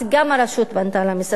גם הרשות פנתה למשרד.